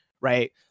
right